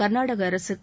கர்நாடக அரசுக்கு